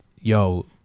yo